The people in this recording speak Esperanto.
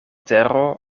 tero